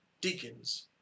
deacons